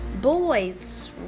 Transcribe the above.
boys